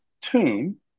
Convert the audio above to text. tune